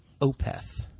Opeth